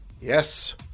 Yes